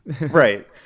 Right